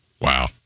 Wow